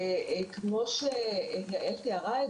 כמו שיעל תיארה,